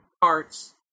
parts